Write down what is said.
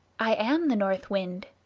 i am the north wind.